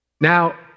Now